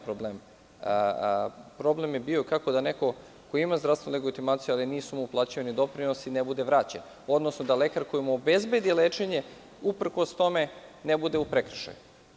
Problem je bio kako da neko ko ima zdravstvenu legitimaciju a nisu mu uplaćivani doprinosi ne bude vraćen, odnosno da lekar koji mu obezbedi lečenje, uprkos tome, ne bude u prekršaju.